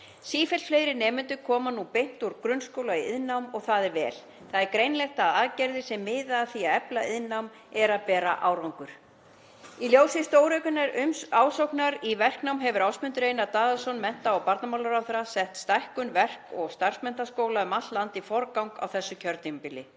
Sífellt fleiri nemendur koma nú beint úr grunnskóla í iðnnám og það er vel. Það er greinilegt að aðgerðir sem miða að því að efla iðnnám eru að bera árangur. Í ljósi stóraukinnar ásóknar í verknám hefur Ásmundur Einar Daðason, mennta- og barnamálaráðherra, sett stækkun verk- og starfsmenntaskóla um allt land í forgang á þessu kjörtímabili.